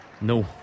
No